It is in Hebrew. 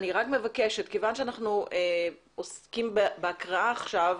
אני רק מבקשת, כיוון שאנחנו עוסקים בהקראה עכשיו,